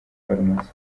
farumasi